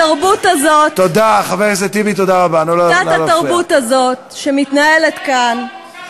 תתבייש אתה, אחמד טיבי, שנשאת את נאום השהידים.